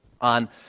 on